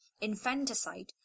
infanticide